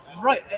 Right